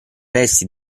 resti